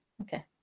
Okay